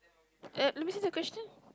at let me see the question